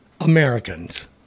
Americans